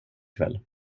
kväll